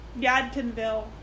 Yadkinville